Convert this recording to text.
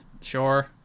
sure